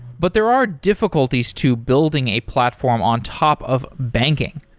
but there are difficulties to building a platform on top of banking.